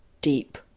deep